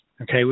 okay